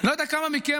לא יודע כמה מכם,